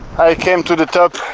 i came to the top